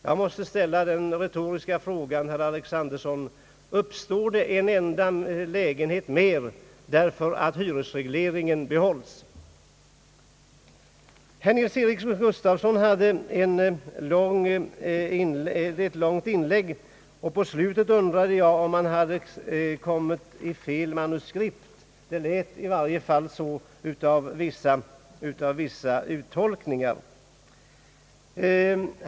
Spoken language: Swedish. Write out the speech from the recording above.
Jag måste till herr Alexanderson ställa den retoriska frågan: Uppstår det en enda lägenhet mer därför att hyresregleringen behålls? Herr Nils-Eric Gustafsson gjorde ett långt inlägg, och i slutet undrade jag om han hade kommit in på fel manuskript — det lät i varje fall så av vissa tolkningar.